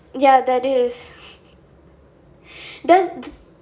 ya that is that